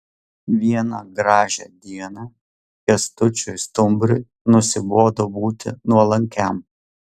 vieną gražią dieną kęstučiui stumbrui nusibodo būti nuolankiam